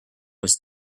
was